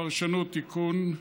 הפרשנות (תיקון,